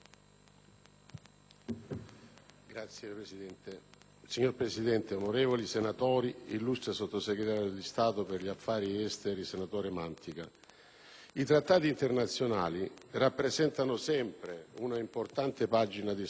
*(PdL)*. Signora Presidente, onorevoli senatori, illustre sottosegretario di Stato per gli affari esteri, senatore Mantica, i trattati internazionali rappresentano sempre un'importante pagina di storia,